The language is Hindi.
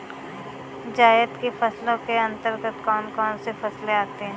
जायद की फसलों के अंतर्गत कौन कौन सी फसलें आती हैं?